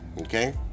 Okay